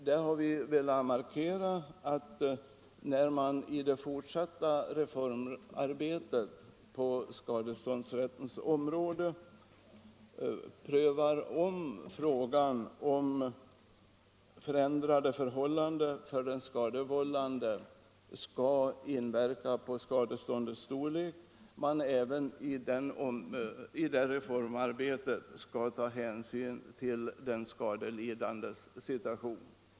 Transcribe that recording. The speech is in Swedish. Där har vi velat markera att man, när man i det fortsatta reformarbetet på skadeståndsrättens område prövar huruvida frågan om förändrade förhållanden för den skadevållande skall inverka på skadeståndets storlek, bör ta hänsyn även till den skadelidandes situation.